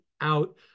out